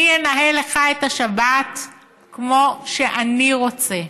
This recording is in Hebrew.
אני אנהל לך את השבת כמו שאני רוצה,